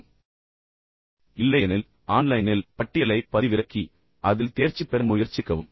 உங்களுக்கு அது கிடைக்கவில்லை என்றால் ஆன்லைனில் பட்டியலைப் பதிவிறக்கி பின்னர் அதில் தேர்ச்சி பெற முயற்சிக்கவும்